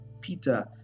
Peter